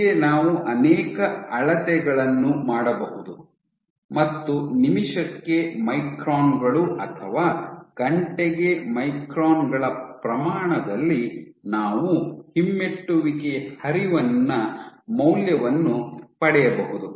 ಹೀಗೆ ನಾವು ಅನೇಕ ಅಳತೆಗಳನ್ನು ಮಾಡಬಹುದು ಮತ್ತು ನಿಮಿಷಕ್ಕೆ ಮೈಕ್ರಾನ್ ಗಳು ಅಥವಾ ಗಂಟೆಗೆ ಮೈಕ್ರಾನ್ ಗಳ ಪ್ರಮಾಣದಲ್ಲಿ ನಾವು ಹಿಮ್ಮೆಟ್ಟುವಿಕೆಯ ಹರಿವಿನ ಮೌಲ್ಯವನ್ನು ಪಡೆಯಬಹುದು